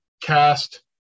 cast